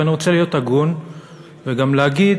ואני רוצה להיות הגון וגם להגיד